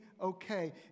okay